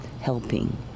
helping